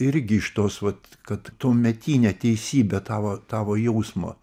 irgi iš tos vat kad tuometinė teisybė tavo tavo jausmą